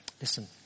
listen